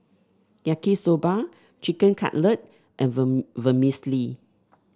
Yaki Soba Chicken Cutlet and Vermicelli